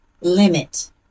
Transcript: limit